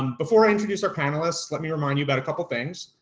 um before i introduce our panelists, let me remind you about a couple things.